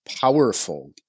powerful